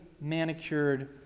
manicured